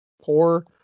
Poor